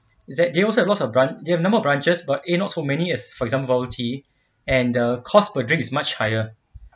is that they also have lots of branch they have number of branches but eh not so many as for example bubble tea and the cost per drink is much higher